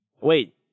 Wait